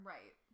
Right